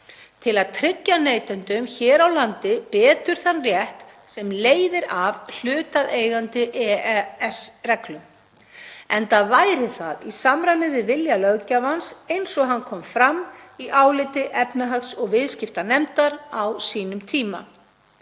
til að tryggja neytendum hér á landi betur þann rétt sem leiðir af hlutaðeigandi EES-reglum, enda væri það í samræmi við vilja löggjafans eins og hann kom fram í áliti efnahags- og viðskiptanefndar á sínum tíma.